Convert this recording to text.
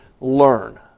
learn